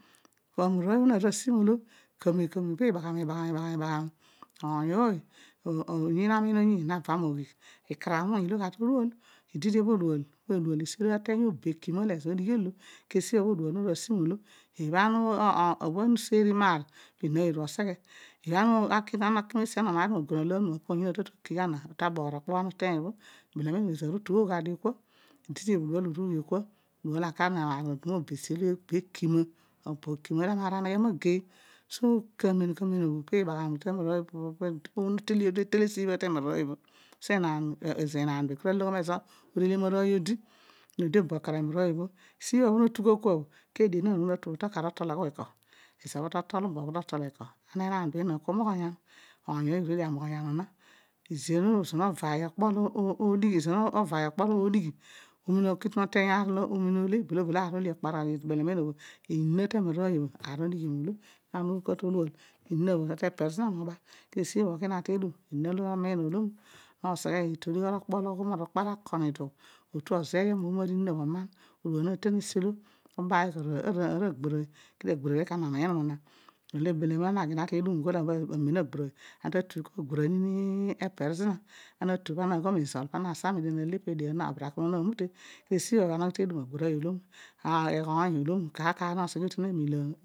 Emararooy bho nasi molo kamem kamem pi ibaghami ibaghami, ibaghami, oony ooy oyiin amiin oyiin pe nava moghigh, okaarabh oru olo gha to dua, i didi bho, odual odual obesi olo aruruan ilo, kedio odual naru asi molo ibha, ana useeri maar pinon arooy oru oseghe ibha ana naki meesi ana mario mogona aloo onuma onon ooy ta tu akigh zina abirogh okpo ana uteeny bho ibel amem obho ezoor utugha dio kua, ididi bho odual irugh kua odual akar amaar arol obesi olo ekima amaar arogha obe ekima olo amar arooghe agei esibho no tugh kua bho odie bho na tu bho to ku, ologhu eko, ana enaan be ku moghonyan, oony ooy orue dio amoghonyun, na, ezoor novaay okpo olo odighi omina okiren ovamy aar olo ole, nlodio ana olo ole olo, ezrol amen obho, ina temararooy bho akani, ana urue kua to odual ina bho toper kua zina moba, kedio esibho ana agbi te edun ena olo nomiin olomu no bhin idbo digh ara, okia lo ulogha di eri opin otu ozeem ina bho eman esibho bho ana ughi tedu m agharan riomu, aghoony ilo mu kar kar onosegho otenemi milo oh.